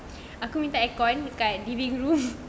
aku minta airon dekat living room